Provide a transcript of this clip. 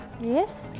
Yes